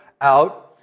out